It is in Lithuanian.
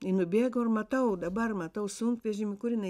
ji nubėgo ir matau dabar matau sunkvežimį kur jinai